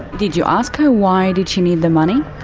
did you ask her why did she need the money?